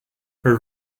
her